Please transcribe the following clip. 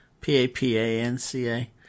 P-A-P-A-N-C-A